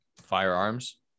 firearms